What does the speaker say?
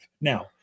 Now